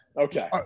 Okay